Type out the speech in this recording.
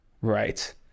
right